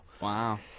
Wow